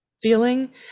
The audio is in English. feeling